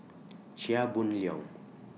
Chia Boon Leong